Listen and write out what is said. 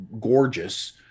gorgeous